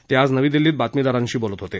ते आज नवी दिल्लीत बातमीदारांशी बोलत होते